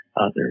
others